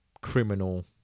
criminal